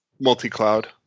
multi-cloud